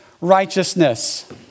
Righteousness